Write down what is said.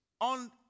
On